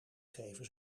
geven